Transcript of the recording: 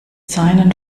seinen